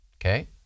okay